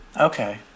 Okay